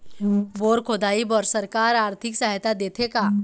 Bore खोदाई बर सरकार आरथिक सहायता देथे का?